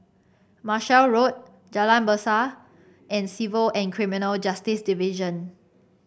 Marshall Road Jalan Besar and Civil and Criminal Justice Division